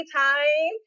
time